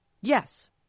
Yes